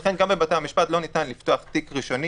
לכן גם בבתי-המשפט לא ניתן לפתוח תיק ראשוני